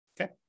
Okay